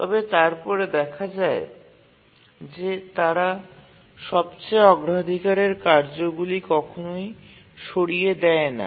তবে তারপরে দেখা যায় যে তারা সবচেয়ে অগ্রাধিকারের কার্যগুলি কখনই সরিয়ে দেয় না